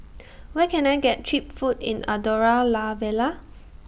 Where Can I get Cheap Food in Andorra La Vella